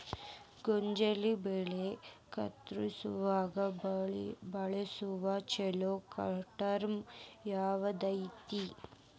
ಗೋಂಜಾಳ ಬೆಳೆ ಕತ್ರಸಾಕ್ ಬಳಸುವ ಛಲೋ ಟ್ರ್ಯಾಕ್ಟರ್ ಯಾವ್ದ್ ಐತಿ?